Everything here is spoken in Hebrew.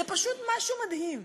זה פשוט משהו מדהים.